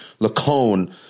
Lacone